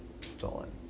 stolen